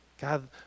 God